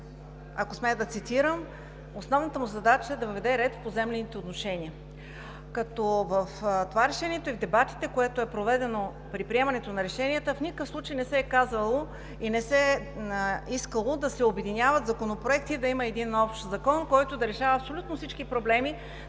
ако смея да цитирам, основната му задача е да въведе ред в поземлените отношения. В това решение и в дебатите, които са проведени при приемането на решенията, в никакъв случай не се е казало и не се е искало да се обединяват законопроекти и да има един общ закон, който да решава абсолютно всички проблеми,